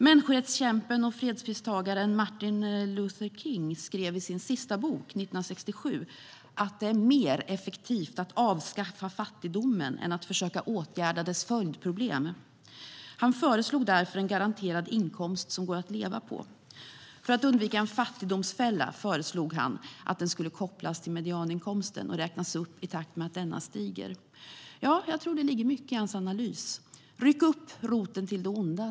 Människorättskämpen och fredspristagaren Martin Luther King skrev i sin sista bok, 1967, att det är mer effektivt att avskaffa fattigdomen än att försöka åtgärda dess följdproblem. Han föreslog därför en garanterad inkomst som det går att leva på. För att undvika en fattigdomsfälla föreslog han att den skulle kopplas till medianinkomsten och räknas upp i takt med att denna stiger. Jag tror att det ligger mycket i hans analys. Ryck upp roten till det onda!